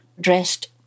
dressed